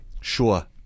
Sure